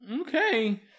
Okay